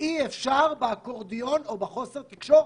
אי אפשר באקורדיון או בחוסר תקשורת.